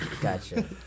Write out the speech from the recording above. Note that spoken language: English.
Gotcha